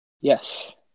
Yes